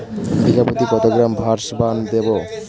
বিঘাপ্রতি কত গ্রাম ডাসবার্ন দেবো?